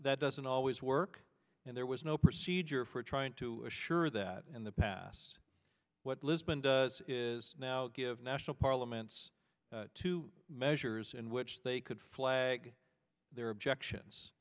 that doesn't always work and there was no procedure for trying to assure that in the past what lisbon does is now give national parliaments two measures in which they could flag their objections